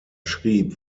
schrieb